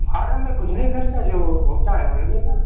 form में कुछ नहीं ख़र्चा जो होता है वही होगा